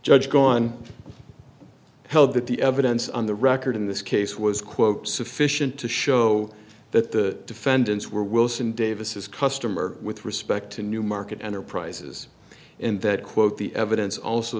judge gone held that the evidence on the record in this case was quote sufficient to show that the defendants were wilson davis customer with respect to newmarket enterprises and that quote the evidence also